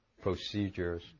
procedures